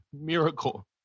miracle